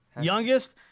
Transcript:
Youngest